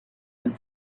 men